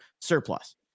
surplus